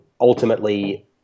ultimately